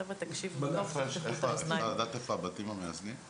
חבר'ה, תקשיבו, תפתחו את האוזניים.